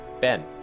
Ben